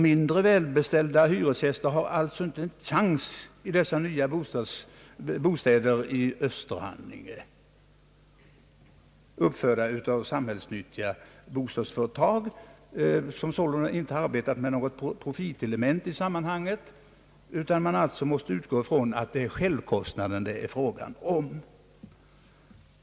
Mindre välbeställda hyresgäster har alltså inte en chans att få dessa nya bostäder i Österhaninge, uppförda av samhällsnyttiga bostadsföretag, som sålunda inte har arbetat med något profitintresse i sammanhanget. Man måste alltså utgå ifrån att det är självkostnaden det är fråga cm.